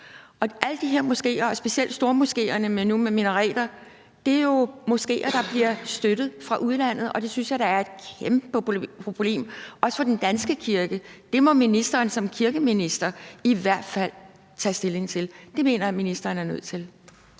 2. Alle de her moskéer og specielt stormoskéerne, som nu har minareter, er jo moskéer, der bliver støttet fra udlandet, og det synes jeg da er et kæmpe problem også for den danske kirke. Det må ministeren som kirkeminister i hvert fald tage stilling til – det mener jeg ministeren er nødt til.